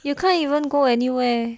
you can't even go anywhere